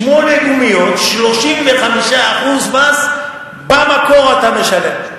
שמונה גומיות, 35% מס במקור אתה משלם.